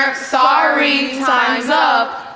sorry, time's up.